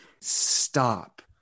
Stop